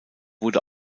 wurde